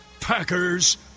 Packers